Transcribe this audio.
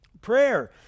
Prayer